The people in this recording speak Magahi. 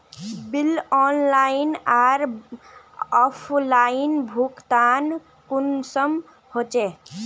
बिल ऑनलाइन आर ऑफलाइन भुगतान कुंसम होचे?